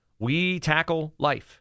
WETACKLELIFE